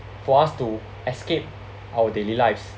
for us to escape our daily lives